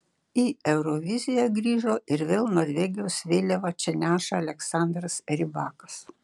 į euroviziją grįžo ir vėl norvegijos vėliavą čia neša aleksandras rybakas